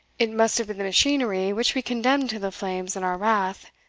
it must have been the machinery which we condemned to the flames in our wrath,